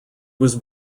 was